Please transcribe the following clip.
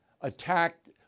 attacked